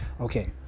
Okay